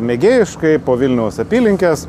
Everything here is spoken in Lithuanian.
mėgėjiškai po vilniaus apylinkes